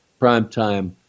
Primetime